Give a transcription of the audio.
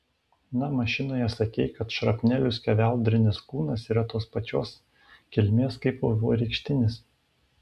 na mašinoje sakei kad šrapnelių skeveldrinis kūnas yra tos pačios kilmės kaip vaivorykštinis